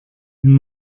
wenn